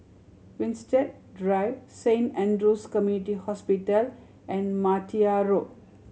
Winstedt Drive Saint Andrew's Community Hospital and Martia Road